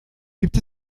gibt